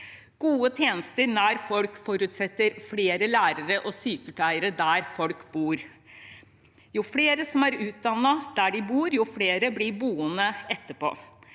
Gode tjenester nære folk forutsetter flere lærere og sykepleiere der folk bor. Jo flere som er utdannet der de bor, jo flere blir boende der etterpå.